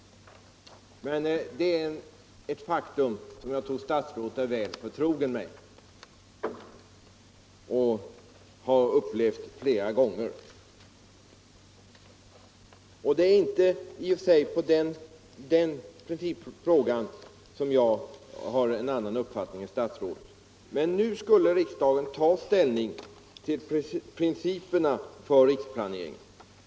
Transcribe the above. Det är ett faktum som jag tror herr statsrådet är väl förtrogen med och har upplevt flera gånger. Det är emellertid inte i den frågan som jag har en annan uppfattning än herr statsrådet. Nu skulle riksmötet ta ställning till principerna för riksplaneringen.